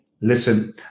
listen